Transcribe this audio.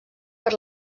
per